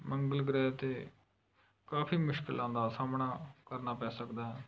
ਮੰਗਲ ਗ੍ਰਹਿ 'ਤੇ ਕਾਫੀ ਮੁਸ਼ਕਿਲਾਂ ਦਾ ਸਾਹਮਣਾ ਕਰਨਾ ਪੈ ਸਕਦਾ ਹੈ